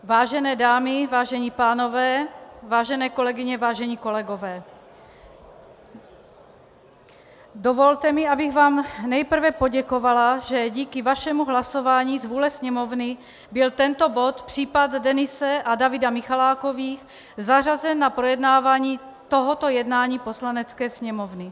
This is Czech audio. Vážené dámy, vážení pánové, vážené kolegyně, vážení kolegové, dovolte mi, abych vám nejprve poděkovala, že díky vašemu hlasování z vůle Sněmovny byl tento bod, případ Denise a Davida Michalákových, zařazen na projednávání tohoto jednání Poslanecké sněmovny.